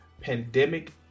pandemic